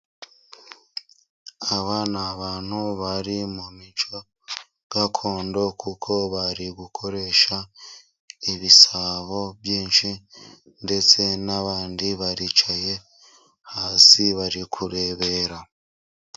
Aba ni abantu bari mu mico gakondo kuko bari gukoresha ibisabo byinshi ndetse n'abandi baricaye hasi bari kurebera.